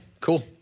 cool